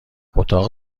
اتاق